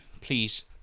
please